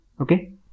okay